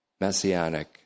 messianic